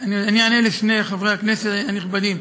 אני אענה לשני חברי הכנסת הנכבדים.